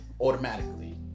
automatically